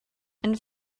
and